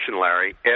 Larry